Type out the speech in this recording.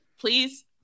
Please